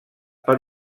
per